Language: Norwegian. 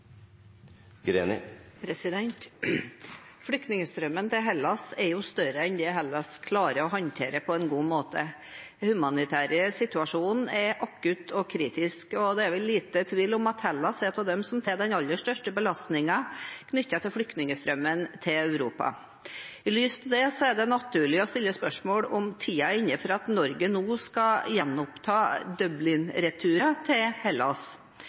Greni. Flyktningstrømmen til Hellas er større enn det Hellas klarer å håndtere på en god måte. Den humanitære situasjonen er akutt og kritisk, og det er liten tvil om at Hellas er blant dem som tar den aller største belastningen knyttet til flyktningstrømmen til Europa. I lys av det er det naturlig å stille spørsmål om tiden er inne for at Norge nå skal gjenoppta Dublin-returer til Hellas.